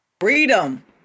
freedom